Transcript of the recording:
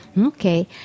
Okay